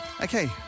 Okay